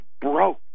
broke